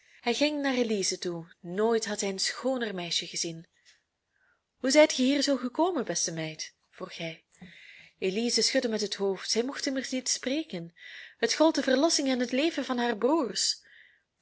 hij ging naar elize toe nooit had hij een schooner meisje gezien hoe zijt ge hier zoo gekomen beste meid vroeg hij elize schudde met het hoofd zij mocht immers niet spreken het gold de verlossing en het leven van haar broers